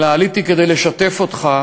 אלא עליתי כדי לשתף אותך,